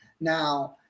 now